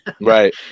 right